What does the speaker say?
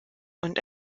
und